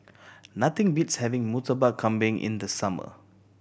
nothing beats having Murtabak Kambing in the summer